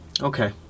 Okay